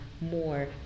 more